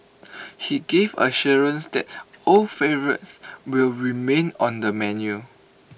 but he gave assurance that old favourites will remain on the menu